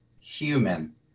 human